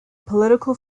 political